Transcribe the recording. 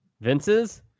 Vince's